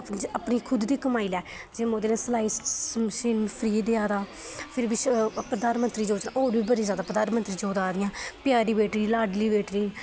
अपनी अपनी खुद दी कमाई लै जे मोदी ने सिलाई मशीन फ्री देआ दा विश्व प्रधानमंत्री योजना होर बड़ी मती प्रधानमंत्री योजना आ दियां प्यारी बेटी लाडली बेटी